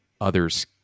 others